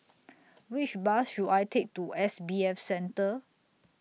Which Bus should I Take to S B F Center